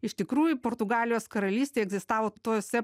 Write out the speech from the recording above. iš tikrųjų portugalijos karalystė egzistavo tose